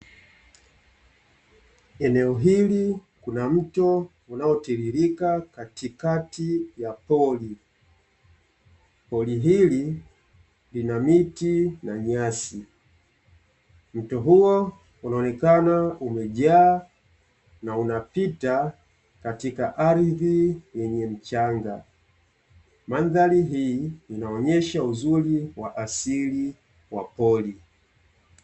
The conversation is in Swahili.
Eneo hili kuna mto unaotiririka katikati ya pori. Pori hili lina miti na nyasi. Mto huo unaonekana umejaa na unapita katika ardhi yenye mchanga. Mandhari hii inaonyesha uzuri wa asili wa pori.